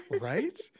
Right